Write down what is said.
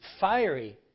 fiery